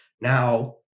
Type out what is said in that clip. Now